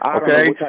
Okay